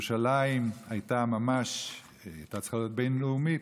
ירושלים הייתה צריכה להיות בין-לאומית,